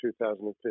2015